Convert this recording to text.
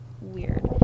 weird